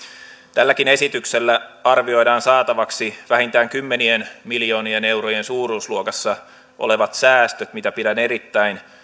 tälläkin esityksellä arvioidaan saatavaksi vähintään kymmenien miljoonien eurojen suuruusluokassa olevat säästöt mitä pidän erittäin